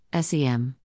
sem